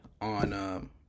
on